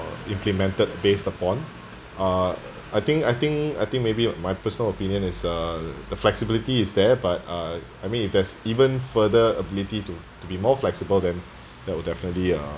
implemented based upon uh I think I think I think maybe my personal opinion is uh the flexibility is there but uh I mean if there's even further ability to to be more flexible then that would definitely uh